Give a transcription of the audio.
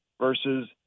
versus